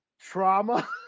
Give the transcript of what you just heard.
trauma